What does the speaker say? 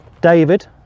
david